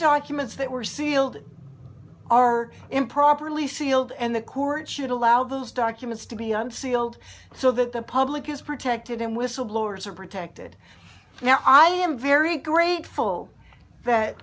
documents that were sealed are improperly sealed and the court should allow those documents to be unsealed so that the public is protected and whistleblowers are protected now i am very grateful that